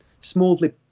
smoothly